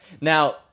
Now